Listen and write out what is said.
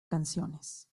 canciones